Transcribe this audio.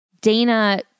Dana